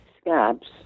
scabs